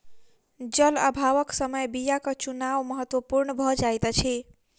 जल अभावक समय बीयाक चुनाव महत्पूर्ण भ जाइत अछि